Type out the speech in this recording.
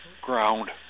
ground